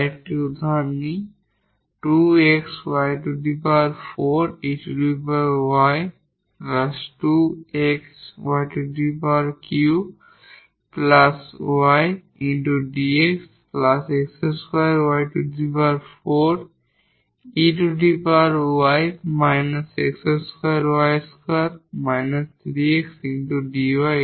আরেকটি উদাহরণ আমরা নিই